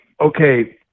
okay